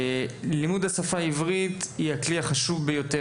לימוד השפה העברית הוא הכלי החשוב ביותר